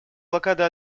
блокады